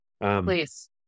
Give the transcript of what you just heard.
Please